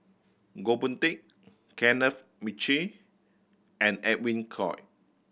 Goh Boon Teck Kenneth Mitchell and Edwin Koek